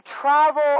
travel